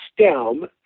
stem